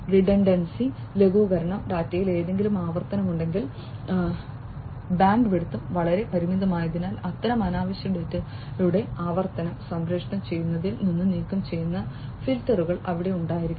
redundancy ലഘൂകരണം ഡാറ്റയിൽ എന്തെങ്കിലും ആവർത്തനം ഉണ്ടെങ്കിൽ ബാൻഡ്വിഡ്ത്തും വളരെ പരിമിതമായതിനാൽ അത്തരം അനാവശ്യ ഡാറ്റയുടെ ആവർത്തനം സംപ്രേഷണം ചെയ്യുന്നതിൽ നിന്ന് നീക്കം ചെയ്യുന്ന ഫിൽട്ടറുകൾ അവിടെ ഉണ്ടായിരിക്കണം